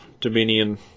Dominion